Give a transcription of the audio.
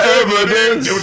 evidence